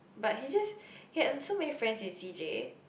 but he just he had so many friends in C_J